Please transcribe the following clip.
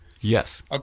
yes